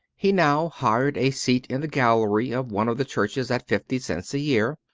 he now hired a seat in the gallery of one of the churches at fifty cents a year,